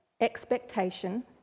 expectation